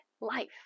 life